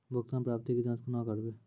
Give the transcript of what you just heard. भुगतान प्राप्ति के जाँच कूना करवै?